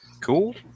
Cool